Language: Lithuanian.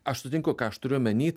aš sutinku ką aš turiu omeny